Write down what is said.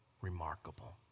remarkable